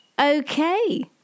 Okay